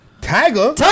Tiger